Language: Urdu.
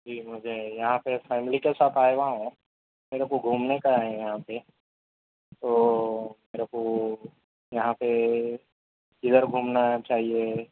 جی مجھے یہاں پہ فیملی کے ساتھ آیا ہوا ہوں میرے کو گھومنے کا ہے یہاں پہ تو میرے کو یہاں پہ ادھر گھومنا چاہیے